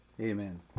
Amen